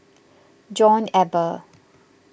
John Eber